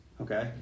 okay